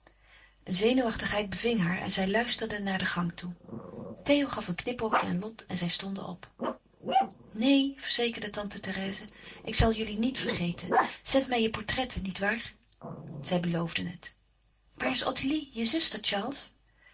een zenuwachtigheid beving haar en zij luisterde naar de gang toe theo gaf een knipoogje aan lot en zij stonden op neen verzekerde tante therèse ik zal jullie niet vergeten zendt mij je portretten niet waar zij beloofden het waar is ottilie je zuster